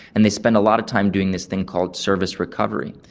and they spend a lot of time doing this thing called service recovery.